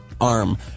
arm